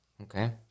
Okay